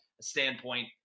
standpoint